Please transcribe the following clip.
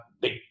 big